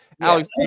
Alex